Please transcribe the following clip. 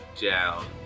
down